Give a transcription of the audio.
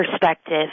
perspective